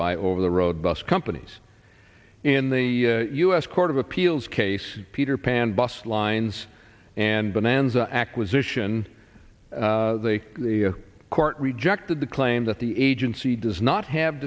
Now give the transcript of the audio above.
by over the road bus companies in the u s court of appeals case peter pan bus lines and bonanza acquisition they the court rejected the claim that the agency does not have